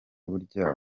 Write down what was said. burya